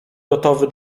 gotowy